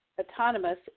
autonomous